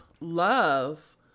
love